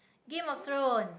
Game of Thrones